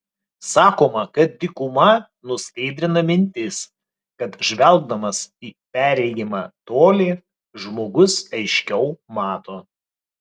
sakoma kad dykuma nuskaidrina mintis kad žvelgdamas į perregimą tolį žmogus aiškiau mato